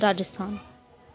Rajasthan